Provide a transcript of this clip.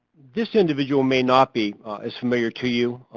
this individual may not be as familiar to you.